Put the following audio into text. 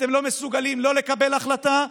אתם לא מסוגלים לקבל החלטה,